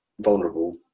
vulnerable